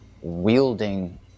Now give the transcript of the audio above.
wielding